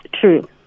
True